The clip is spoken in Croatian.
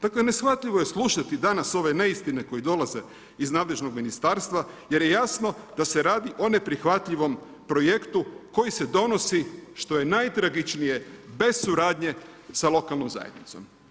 Dakle neshvatljivo je slušati danas ove neistine koje dolaze iz nadležnog ministarstva jer je jasno da se radi o neprihvatljivom projektu koji se donosi što je najtragičnije bez suradnje sa lokalnom zajednicom.